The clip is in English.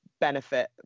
benefit